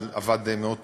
אבל עבד מאוד טוב.